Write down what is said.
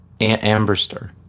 Amberster